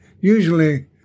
usually